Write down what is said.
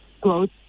growth